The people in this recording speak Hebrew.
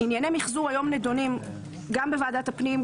ענייני מיחזור היום נדונים גם בוועדת הפנים,